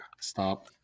stop